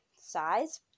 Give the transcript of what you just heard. size